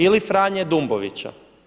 Ili Franje Dumbovića.